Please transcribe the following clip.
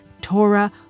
Torah